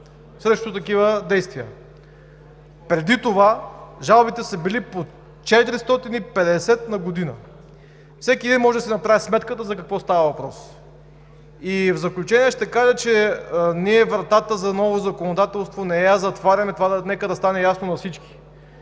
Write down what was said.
седем за две години. Преди това жалбите са били по 450 на година. Всеки един може да си направи сметката за какво става въпрос. И в заключение ще кажа, че ние вратата за ново законодателство не я затваряме – нека това да стане ясно на всички.